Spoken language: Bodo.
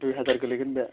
दुइ हाजार गोलैगोन बे